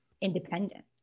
independent